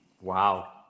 Wow